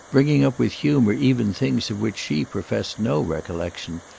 bringing up with humour even things of which she professed no recollection,